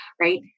right